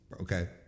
Okay